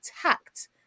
attacked